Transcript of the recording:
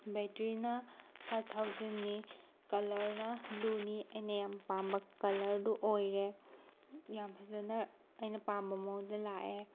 ꯕꯦꯇ꯭ꯔꯤꯅ five ꯊꯥꯎꯖꯟꯅꯤ ꯀꯜꯂꯔꯅ ꯕ꯭ꯂꯨꯅꯤ ꯑꯩꯅ ꯌꯥꯝ ꯄꯥꯝꯕ ꯀꯜꯂꯔꯗꯨ ꯑꯣꯏꯔꯦ ꯌꯥꯝ ꯐꯖꯅ ꯑꯩꯅ ꯄꯥꯝꯕ ꯃꯑꯣꯡꯗ ꯂꯥꯛꯑꯦ